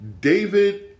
David